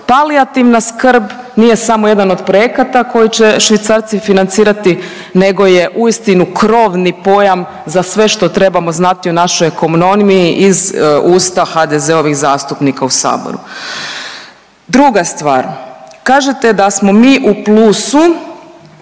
Palijativna skrb nije samo jedan od projekata koji će Švicarci financirati nego je uistinu krovni pojam za sve što trebamo znati o našoj ekonomiji iz usta HDZ-ovih zastupnika u saboru. Druga stvar, kažete da smo mi u plusu